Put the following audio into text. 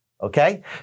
okay